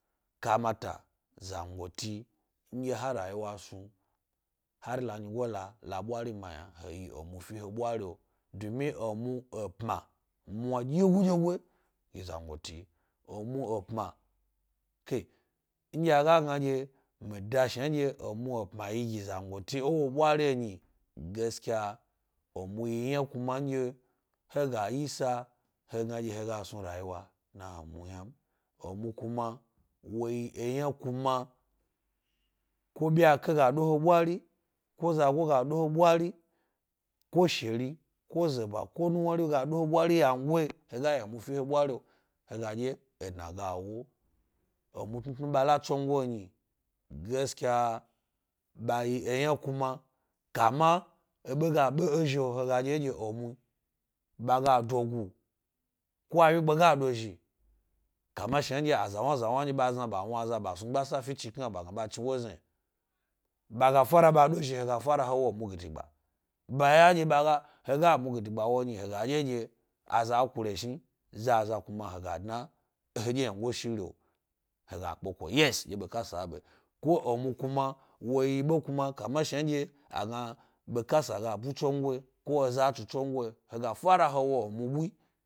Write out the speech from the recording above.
Kamata zangoti nɗye ha rayiwa snu. hari la nyigo la, la ɓwari, mi he yi emufi he ɓwari, domi emu wo pma mwa dye go-ɛye go gi zangoti. Wo pma, nɗye a ga gna ɗye mi da shnanɗye emu pma yi gi zangori ewo ɓwar’o n, gaskiya emu yi kuma nɗye he ga yisa he gna ɛye he ga snu dna wo yna n. kuma emu yi yna kuma ko byi alhe go do he ɓwari, ko zzago gado he ɓwari, o wo ga ɓwari’o wo ga dye edna e oba e tnutnu ɓa la tsongo n. gaskiya ɓa yi eyna kuma kama ebe ga be he zhio, he ga ɗye-ɗye ɓa ga dogu ko awyigbe ga lo zhi, kama shnaɛye azawna-zawna nɗye zna ɓa wna aza bas nu gbasa fi e chnikna ɓa chni wo ge n. ɓa ga fara ɓa co zhi he ga fara he gidi gba wo, he ɛye-ɛye aa kureshim zaza ga wo epa dna nyihedye ymango he she yna, he ga kkoko yes, ɗye aza kasa a ɗo zhi ko emu kuma wo yi be kuma kuma kama shan ɗye be kaasa ga snu tsonoyi,